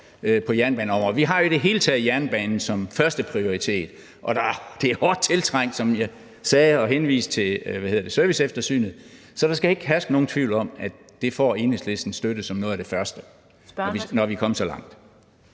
på jernbaneområdet. Vi har jo i det hele taget jernbanen som første prioritet, og det er hårdt tiltrængt, som jeg sagde, da jeg henviste til serviceeftersynet, så der skal ikke herske nogen tvivl om, at det får Enhedslistens støtte som noget af det første, når vi er kommet så langt.